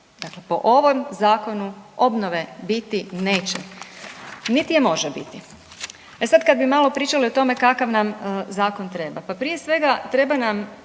dakle po ovom zakonu obnove biti neće, niti je može biti. E sad kad bi malo pričali o tome kakav nam zakon treba, pa prije svega treba nam